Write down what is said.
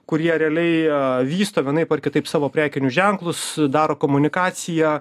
kur jie realiai ją vysto vienaip ar kitaip savo prekinius ženklus daro komunikaciją